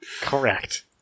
correct